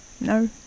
No